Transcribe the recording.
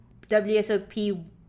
wsop